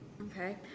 Okay